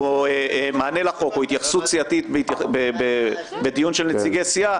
מענה לחוק או התייחסות סיעתית בדיון של נציגי סיעה,